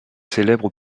célèbre